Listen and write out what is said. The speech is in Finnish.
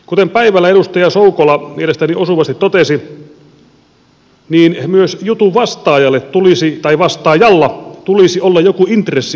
kuten päivällä edustaja soukola mielestäni osuvasti totesi niin myös jutun vastaajalla tulisi olla joku intressi osallistua oikeuskäsittelyyn